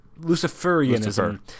Luciferianism